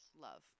Love